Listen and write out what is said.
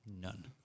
None